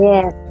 Yes